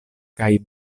kaj